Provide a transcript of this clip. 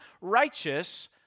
righteous